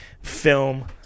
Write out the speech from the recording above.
film